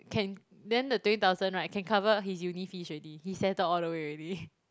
can then the twenty thousand right can cover his uni fees already he settle all the way already